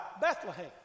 Bethlehem